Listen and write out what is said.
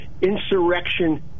insurrection